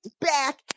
back